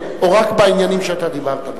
או רק בעניינים שאתה דיברת בהם?